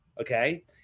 Okay